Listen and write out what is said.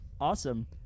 awesome